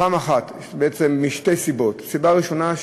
בעצם משתי סיבות: הסיבה הראשונה,